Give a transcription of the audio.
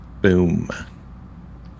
Boom